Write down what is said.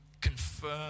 confirm